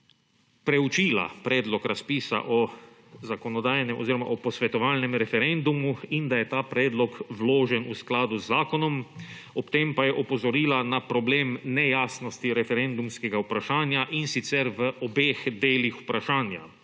preučila predlog razpisa o zakonodajnem oziroma o posvetovalnem referendumu, in da je ta predlog vložen v skladu z zakonom, ob tem pa je opozorila na problem nejasnosti referendumskega vprašanja in sicer v obeh delih vprašanja.